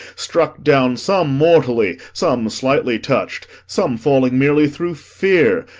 struck down some mortally, some slightly touch'd, some falling merely through fear,